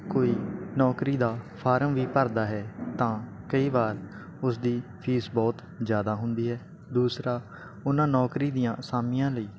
ਕੋਈ ਨੌਕਰੀ ਦਾ ਫਾਰਮ ਵੀ ਭਰਦਾ ਹੈ ਤਾਂ ਕਈ ਵਾਰ ਉਸਦੀ ਫੀਸ ਬਹੁਤ ਜ਼ਿਆਦਾ ਹੁੰਦੀ ਹੈ ਦੂਸਰਾ ਉਹਨਾਂ ਨੌਕਰੀ ਦੀਆਂ ਅਸਾਮੀਆਂ ਲਈ